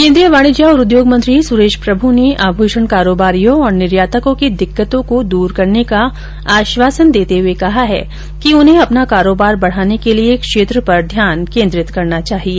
केंद्रीय वाणिज्य और उद्योग मंत्री सुरेश प्रभू ने आभूषण कारोबारियों और निर्यातकों की दिक्कतों को दूर करने का आश्वासन देते हुए कहा है कि उन्हें अपना कारोबार बढ़ाने के लिये क्षेत्र पर ध्यान केंद्रित करना चाहिए